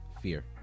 fear